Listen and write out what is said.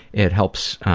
it helps